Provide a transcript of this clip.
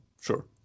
sure